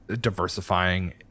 diversifying